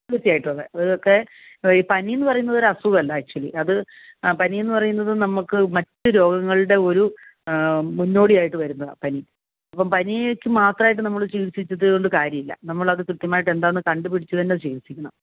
തീർച്ചയായിട്ടും അതെ ഈ പനിയെന്നു പറയുന്നത് അസുഖമല്ല ആക്ച്വലി പനി എന്നു പറയുന്നത് നമുക്ക് മറ്റു രോഗങ്ങളുടെ ഒരു മുന്നോടിയായിട്ട് വരുന്നതാണ് പനി അപ്പം പനിക്ക് മാത്രമായിട്ട് നമ്മൾ ചികിൽസിച്ചിട്ട് കൊണ്ട് കാര്യമില്ല നമ്മൾ അത് കൃത്യമായിട്ട് എന്താണെന്ന് കണ്ടുപിടിച്ച് തന്നെ ചികിൽസിക്കണം